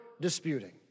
disputing